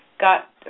got